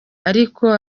ariko